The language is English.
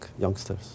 youngsters